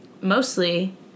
mostly